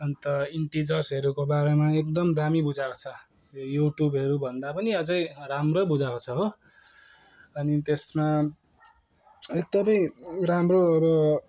अन्त इन्टिजर्सहरूको बारेमा पनि एकदम दामी बुझाएको छ युट्युबहरूभन्दा पनि अझै राम्रै बुझाएको छ हो अनि त्यसमा एकदमै राम्रो अब